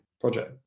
project